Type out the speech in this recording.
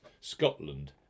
Scotland